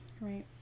Right